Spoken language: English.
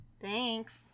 Thanks